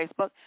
Facebook